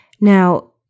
Now